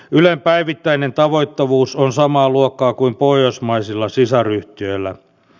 ylen päivittäinen tavoittavuus on samaa luokkaa kuin pohjoismaisilla sisaryhtiöillä